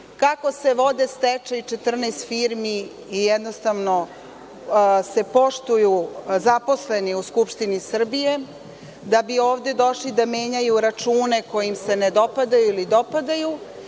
kako se vode stečaji 14 firmi i jednostavno se poštuju zaposleni u Skupštini Srbije, da bi ovde došli da menjaju račune koji im se ne dopadaju ili dopadaju,